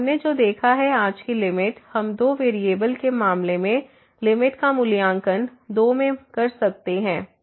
तो हमने जो देखा है आज की लिमिट हम दो वेरिएबल के मामले में लिमिट का मूल्यांकन दो में कर सकते हैं